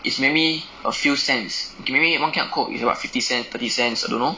is maybe a few cents okay maybe one can of coke is about fifty cent thirty cents I don't know